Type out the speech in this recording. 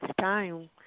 time